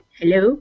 Hello